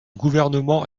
gouvernement